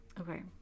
okay